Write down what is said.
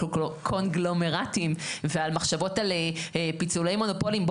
קונגלומרטים ועל מחשבות על פיצולי מונופולים,